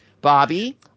Bobby